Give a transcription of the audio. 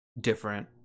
different